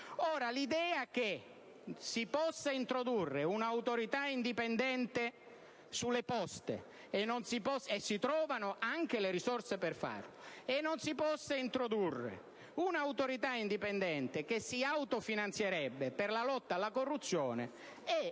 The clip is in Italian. Ora, l'idea che si possa introdurre un'autorità indipendente sulle poste e si trovino anche le risorse per farlo, e non si possa introdurre un'autorità indipendente, che si autofinanzierebbe, per la lotta alla corruzione